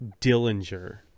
Dillinger